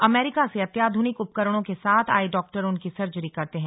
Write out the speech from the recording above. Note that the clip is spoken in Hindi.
अमेरिका से अत्याधुनिक उपकरणों के साथ आए डॉक्टर उनकी सर्जरी करते हैं